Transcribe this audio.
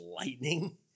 lightning